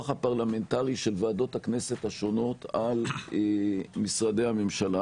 הפרלמנטרי של ועדות הכנסת השונות על משרדי הממשלה.